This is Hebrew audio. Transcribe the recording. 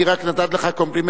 אני רק נתתי לך קומפלימנט,